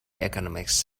economics